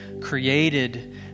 created